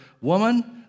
Woman